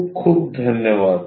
खूप खूप धन्यवाद